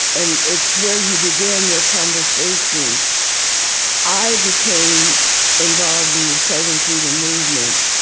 and it's where you begin your conversation i became involved in the southern freedom movement